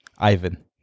Ivan